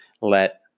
let